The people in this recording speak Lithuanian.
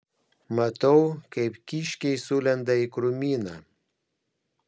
matau kaip kiškiai sulenda į krūmyną